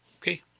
Okay